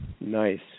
Nice